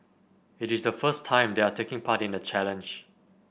it is the first time they are taking part in the challenge